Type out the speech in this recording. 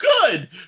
good